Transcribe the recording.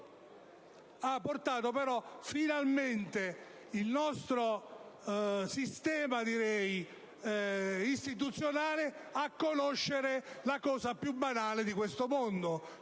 ha portato finalmente il nostro sistema istituzionale a conoscere la cosa più banale di questo mondo: